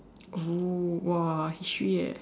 oh !wah! history eh